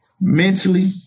mentally